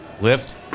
Lift